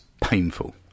painful